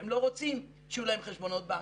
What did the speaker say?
שהם לא רוצים שיהיו להם חשבונות בנק.